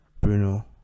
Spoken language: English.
Bruno